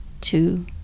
two